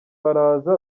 baraza